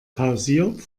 pausiert